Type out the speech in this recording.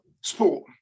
sport